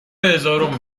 هزارم